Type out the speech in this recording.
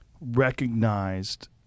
recognized